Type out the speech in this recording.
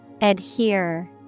Adhere